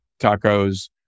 tacos